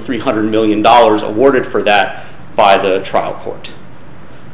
three hundred million dollars awarded for that by the trial court